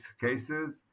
cases